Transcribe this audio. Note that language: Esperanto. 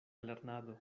lernado